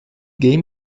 game